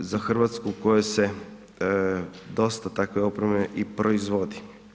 Za Hrvatsku u kojoj se dosta takve opreme i proizvodi.